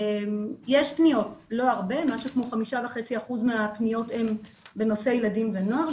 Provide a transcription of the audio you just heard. יש פניות, לא הרבה, כ-5.5% הן בנושא ילדים ונוער.